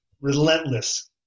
relentless